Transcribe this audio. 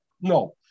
No